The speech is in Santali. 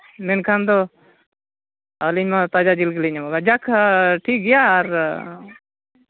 ᱢᱮᱱᱠᱷᱟᱱ ᱫᱚ ᱟᱹᱞᱤᱧ ᱱᱚᱣᱟ ᱛᱟᱡᱟ ᱡᱤᱞ ᱮᱢ ᱠᱟᱫᱟ ᱡᱟᱠ ᱴᱷᱤᱠ ᱜᱮᱭᱟ ᱟᱨ